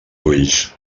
ulls